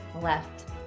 left